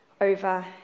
over